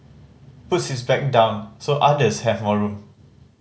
puts his bag down so others have more room